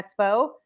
Espo